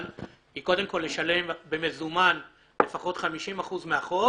היא קודם כל לשלם במזומן לפחות 50% מהחוב,